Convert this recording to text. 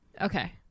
Okay